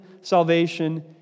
salvation